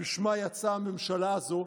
שבשמה יצאה הממשלה הזו,